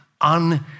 un-